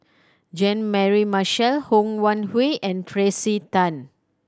Jean Mary Marshall Ho Wan Hui and Tracey Tan